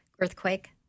earthquake